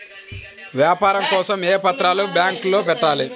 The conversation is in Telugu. వ్యాపారం కోసం ఏ పత్రాలు బ్యాంక్లో పెట్టాలి?